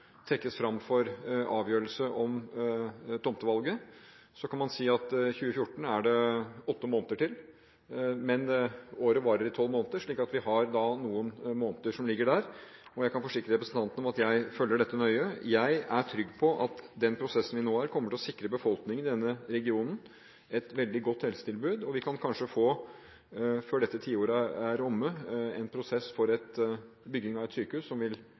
trekkes fram for avgjørelse om tomtevalget. Det er åtte måneder til 2014, men året varer i tolv måneder, så vi har noen måneder som ligger der, og jeg kan forsikre representanten Dahl om at jeg følger dette nøye. Jeg er trygg på at den prosessen vi nå har, kommer til å sikre befolkningen i denne regionen et veldig godt helsetilbud, og før dette tiåret er omme, kan vi kanskje få en prosess for bygging av et sykehus